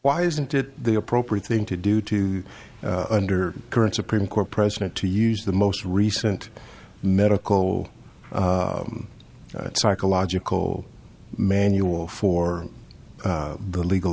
why isn't it the appropriate thing to do to under current supreme court president to use the most recent medical and psychological manual for the legal